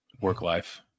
work-life